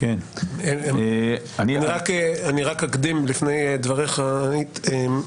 אני רק אקדים לפני דבריך, עמית.